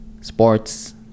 sports